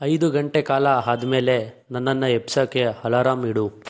ಐದು ಗಂಟೆ ಕಾಲ ಆದ್ಮೇಲೆ ನನ್ನನ್ನು ಎಬ್ಸೋಕೆ ಹಲಾರಾಮ್ ಇಡು